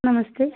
नमस्ते